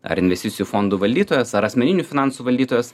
ar investicijų fondų valdytojas ar asmeninių finansų valdytojas